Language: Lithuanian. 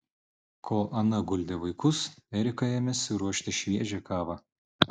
kol ana guldė vaikus erika ėmėsi ruošti šviežią kavą